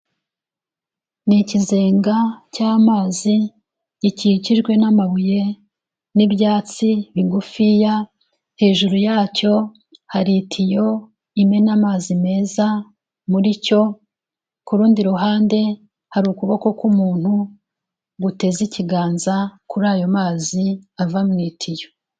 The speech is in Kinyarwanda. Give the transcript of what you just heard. Ni ikizenga cy'amazi gikikijwe n'amabuye n'ibyatsi bigufiya, hejuru yacyo hari itiyo imena amazi meza muri cyo, ku rundi ruhande hari ukuboko k'umuntu guteze ikiganza kuri ayo mazi ava mu itiyo.